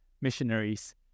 missionaries